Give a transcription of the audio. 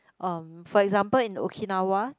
um for example in Okinawa